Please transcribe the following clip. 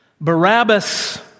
Barabbas